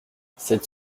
cette